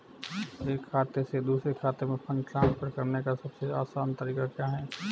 एक खाते से दूसरे खाते में फंड ट्रांसफर करने का सबसे आसान तरीका क्या है?